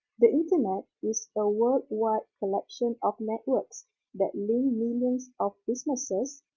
the internet is a worldwide collection of networks that link millions of businesses,